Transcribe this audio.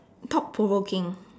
thought provoking